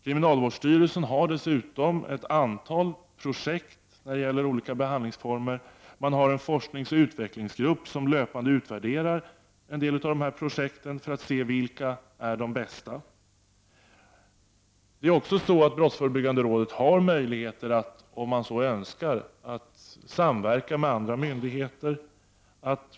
Kriminalvårdsstyrelsen har dessutom ett antal projekt kring olika behandlingsformer. Man har en forskningsoch utvecklingsgrupp som löpande utvärderar en del av dessa projekt för att se vilka som är de bästa. Brottsförebyggande rådet har möjligheter att, om man så önskar, samverka med andra myndigheter.